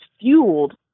fueled